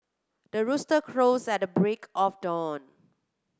the rooster crows at break of dawn